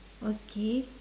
okay